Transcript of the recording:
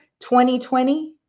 2020